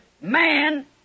man